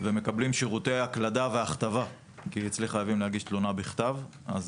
ומקבלים שירותי הקלדה והכתבה כי אצלי חייבים להגיש תלונה בכתב.